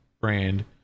brand